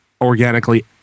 organically